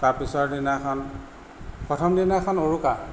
তাৰপিছৰ দিনাখন প্ৰথম দিনাখন উৰুকা